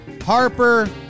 Harper